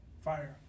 Fire